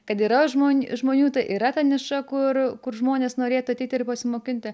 kad yra žmon žmonių ta yra ta niša kur kur žmonės norėtų ateiti ir pasimokinti